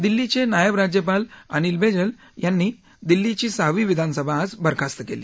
दिल्लीचे नायब राज्यपाल अनिल बेजल यांनी दिल्लीची सहावी विधानसभा आज बरखास्त केली